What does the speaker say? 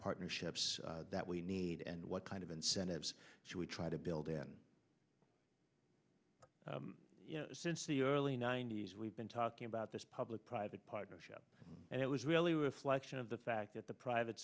partnerships that we need and what kind of incentives should we try to build and you know since the early ninety's we've been talking about this public private partnership and it was really reflection of the fact that the private